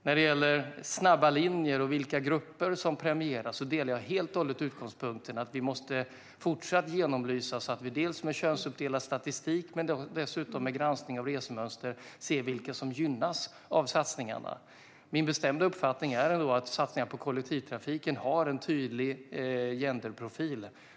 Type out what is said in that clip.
När det gäller snabba linjer och vilka grupper som premieras delar jag helt och hållet utgångspunkten att vi måste fortsätta att genomlysa så att vi dels med könsuppdelad statistik, dels med granskning av resmönster ser vilka som gynnas av satsningarna. Min bestämda uppfattning är att satsningar på kollektivtrafik har en tydlig genderprofil.